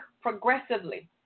progressively